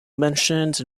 mentioned